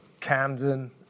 Camden